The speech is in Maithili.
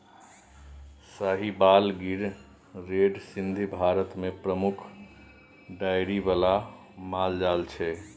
साहिबाल, गिर, रेड सिन्धी भारत मे प्रमुख डेयरी बला माल जाल छै